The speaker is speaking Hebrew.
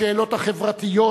בשאלות החברתיות,